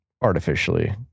artificially